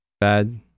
bad